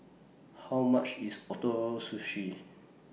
How much IS Ootoro Sushi